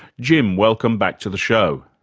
jim, welcome back to the show.